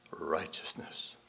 Righteousness